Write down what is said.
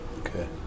Okay